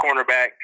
cornerback